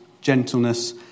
gentleness